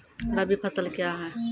रबी फसल क्या हैं?